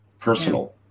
Personal